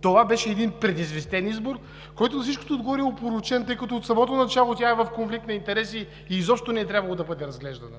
Това беше един предизвестен избор, който на всичкото отгоре е опорочен, тъй като от самото начало тя е в конфликт на интереси и изобщо не е трябвало да бъде разглеждана.